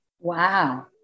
Wow